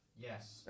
Yes